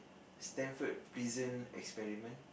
Stanford Prison Experiment